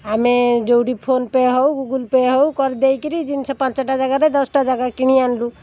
ଆମେ ଯେଉଁଠି ଫୋନପେ ହେଉ ଗୁଗୁଲପେ ହେଉ କରିଦେଇକିରି ଜିନିଷ ପାଞ୍ଚଟା ଜାଗାରେ ଦଶଟା ଜାଗା କିଣି ଆଣିଲୁ